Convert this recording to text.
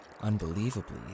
Unbelievably